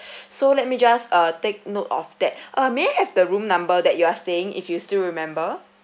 so let me just uh take note of that uh may I have the room number that you are staying if you still remember